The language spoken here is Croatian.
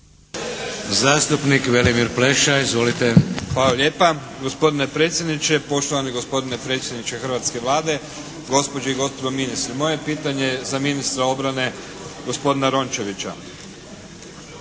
**Pleša, Velimir (HDZ)** Hvala lijepa gospodine predsjedniče, poštovani gospodine predsjedniče hrvatske Vlade, gospođe i gospodo ministri. Moje pitanje je za ministra obrane gospodina Rončevića.